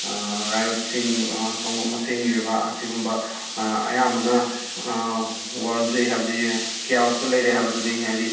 ꯔꯥꯏꯌꯣꯠꯁꯤꯡ ꯀꯥꯡꯂꯨꯞ ꯃꯁꯦꯟꯒꯤ ꯑꯣꯏꯕ ꯑꯁꯤꯒꯨꯝꯕ ꯑꯌꯥꯝꯕꯅ ꯋꯔꯜꯁꯦ ꯍꯥꯏꯕꯗꯤ ꯀꯤꯌꯥꯎꯁꯇ ꯂꯩꯔꯦ ꯍꯥꯏꯗꯨꯅꯤ ꯍꯥꯏꯗꯤ